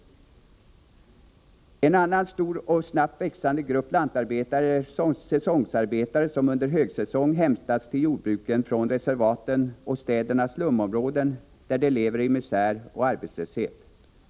En annan stor och snabbt växande grupp lantarbetare är säsongsarbetare, som under högsäsong hämtas till jordbruken från reservaten och städernas slumområden, där de lever i misär och arbetslöshet.